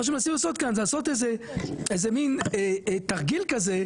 מה שמנסים לעשות כאן זה איזה מין תרגיל כזה,